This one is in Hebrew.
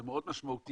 זה מאוד משמעותי.